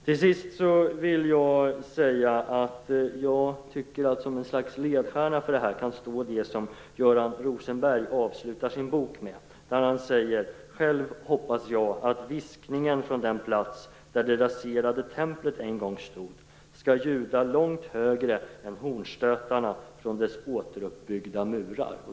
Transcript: Det som Göran Rosenberg avslutar sin bok med kan stå som en ledstjärna: Själv hoppas jag att viskningen från den plats där det raserade templet en gång stod skall ljuda långt högre än hornstötarna från dessa återuppbyggda murar.